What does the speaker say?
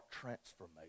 transformation